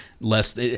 less